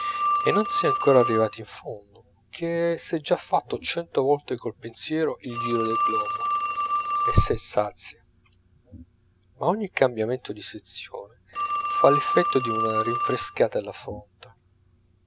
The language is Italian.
e non s'è ancora arrivati in fondo che s'è già fatto cento volte col pensiero il giro del globo e s'è sazii ma ogni cambiamento di sezione fa l'effetto di una rinfrescata alla fronte